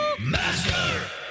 Master